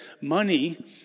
money